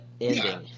ending